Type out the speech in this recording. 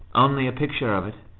only a picture of it.